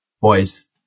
boys